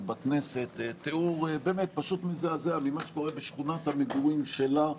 תיאור פשוט מזעזע של מה שקורה בשכונת המגורים שלה,